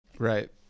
Right